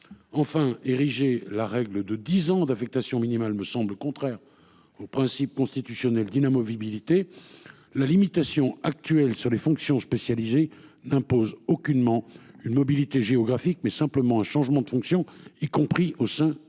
Enfin ériger la règle de 10 ans d'affectation minimale me semble contraire au principe constitutionnel d'inamovibilité la limitation actuelle sur les fonctions spécialisées imposent aucunement une mobilité géographique mais simplement un changement de fonction, y compris au sein du même